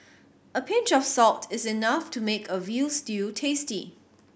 a pinch of salt is enough to make a veal stew tasty